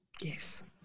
Yes